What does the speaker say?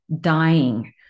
dying